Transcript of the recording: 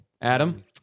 Adam